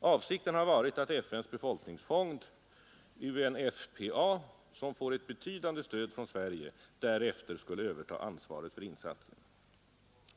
Avsikten har varit att FN:s befolkningsfond, UNFPA, som får ett betydande stöd från Sverige, därefter skulle överta ansvaret för insatsen.